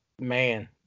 Man